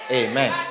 amen